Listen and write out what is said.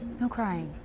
no crying.